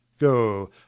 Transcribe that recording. go